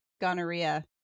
gonorrhea